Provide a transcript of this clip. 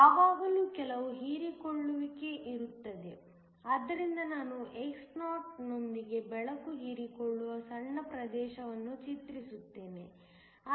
ಯಾವಾಗಲೂ ಕೆಲವು ಹೀರಿಕೊಳ್ಳುವಿಕೆ ಇರುತ್ತದೆ ಆದ್ದರಿಂದ ನಾನು xoನೊಂದಿಗೆ ಬೆಳಕು ಹೀರಿಕೊಳ್ಳುವ ಸಣ್ಣ ಪ್ರದೇಶವನ್ನು ಚಿತ್ರಿಸುತ್ತೇನೆ